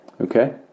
Okay